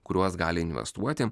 kuriuos gali investuoti